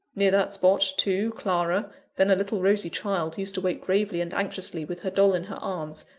near that spot, too, clara then a little rosy child used to wait gravely and anxiously, with her doll in her arms,